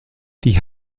die